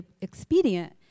expedient